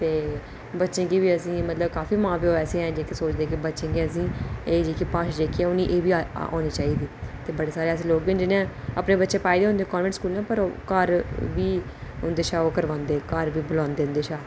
ते बच्चें गी काफि ते काफी मां प्यो ऐसे ने कि आखदे न कि एह् जेह्की भाशा ऐ एह् बी औना चाहिदी ते बढे सारे ऐसे लोक न जिनै अपने बच्चे पाए दे होंदे कानवेंट स्कूलैं ते घर बी हुंदै छा बुलांदे